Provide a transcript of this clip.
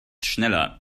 schneller